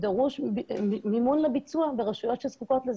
דרוש מימון לביצוע ברשויות שזקוקות לזה.